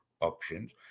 options